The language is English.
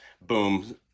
boom